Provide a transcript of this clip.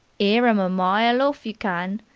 ear em a mile orf, you can!